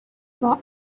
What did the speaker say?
for